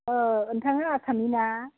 नोंथाङा आसामनि ना